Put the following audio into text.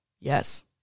Yes